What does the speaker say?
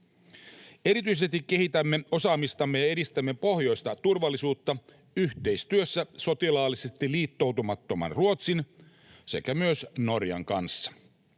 Erityisesti kehitämme osaamistamme ja edistämme pohjoista turvallisuutta yhteistyössä sotilaallisesti liittoutumattoman Ruotsin sekä myös Norjan kanssa.